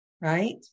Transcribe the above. right